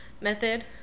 method